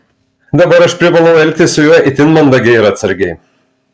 dabar aš privalau elgtis su juo itin mandagiai ir atsargiai